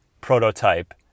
prototype